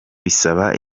bisaba